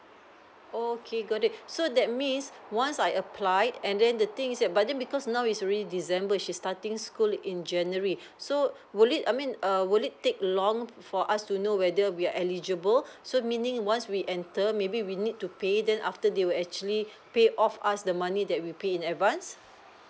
okay got it so that means once I applied and then the thing is but then because now is already december she's starting school in january so would it I mean err would it take long for us to know whether we are eligible so meaning once we enter maybe we need to pay then after they will actually pay of us the money that we pay in advance